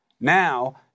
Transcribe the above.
Now